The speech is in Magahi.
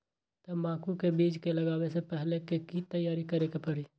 तंबाकू के बीज के लगाबे से पहिले के की तैयारी करे के परी?